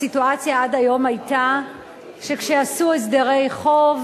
הסיטואציה עד היום היתה שכשעשו הסדרי חוב,